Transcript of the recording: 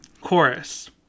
chorus